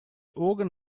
organ